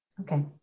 Okay